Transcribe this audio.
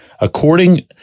according